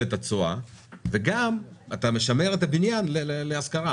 את התשואה וגם אתה משמר את הבניין להשכרה,